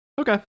Okay